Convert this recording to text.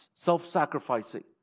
self-sacrificing